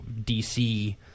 DC